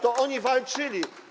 To oni walczyli.